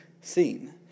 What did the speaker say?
seen